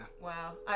Wow